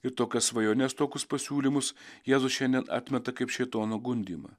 į tokias svajones tokius pasiūlymus jėzus šiandien atmeta kaip šėtono gundymą